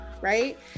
right